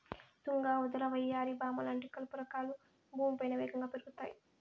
తుంగ, ఉదర, వయ్యారి భామ లాంటి కలుపు రకాలు భూమిపైన వేగంగా పెరుగుతాయి